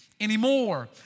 anymore